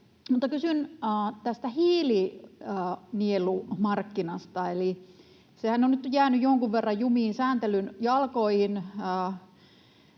Kysyn hiilinielumarkkinasta. Sehän on nyt jäänyt jonkun verran jumiin sääntelyn jalkoihin.